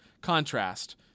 contrast